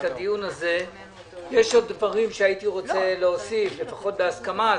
יש דברים שהייתי רוצה להוסיף, לפחות בהסכמה.